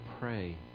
pray